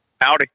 Howdy